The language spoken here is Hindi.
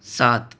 सात